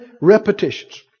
repetitions